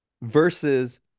versus